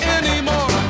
anymore